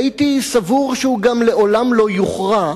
הייתי סבור שהוא גם לעולם לא יוכרע,